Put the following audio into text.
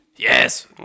Yes